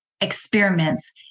experiments